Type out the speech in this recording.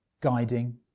guiding